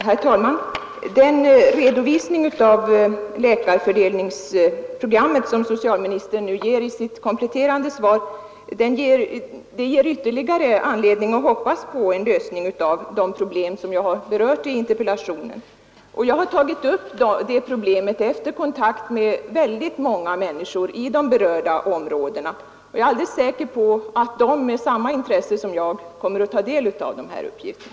Herr talman! Den redovisning av läkarfördelningsprogrammet som socialministern här gav i sitt kompletterande svar ger ytterligare anledning att hoppas på en lösning av de problem som jag berört i interpellationen. Det är problem som jag har tagit upp efter kontakt med väldigt många människor i de berörda områdena, och jag är alldeles säker på att de människorna med samma intresse som jag kommer att ta del av de lämnade uppgifterna.